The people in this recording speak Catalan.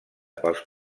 pels